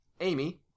Amy